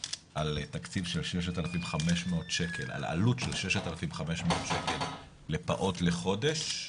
עלות של 6,500 שקל על לפעוט לחודש,